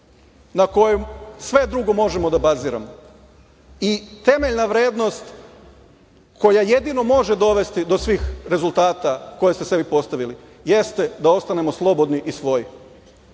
na kojoj sve drugo možemo da baziramo i temeljna vrednost koja jedino može dovesti do svih rezultata koje ste sebi postavili jeste da ostanemo slobodni i